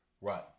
Right